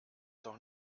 doch